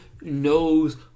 knows